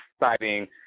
exciting